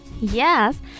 Yes